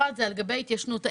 השאלה הראשונה היא לגבי התיישנות.